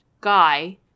guy